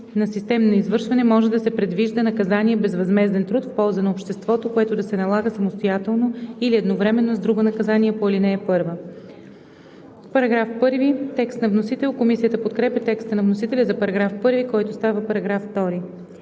на системно извършване може да се предвижда наказание безвъзмезден труд в полза на обществото, което да се налага самостоятелно или едновременно с друго наказание по ал. 1.“ Комисията подкрепя текста на вносителя за § 1, който става § 2.